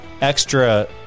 extra